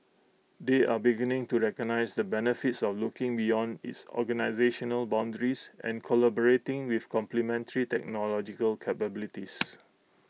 they are beginning to recognise the benefits of looking beyond its organisational boundaries and collaborating with complementary technological capabilities